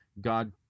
God